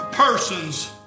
Persons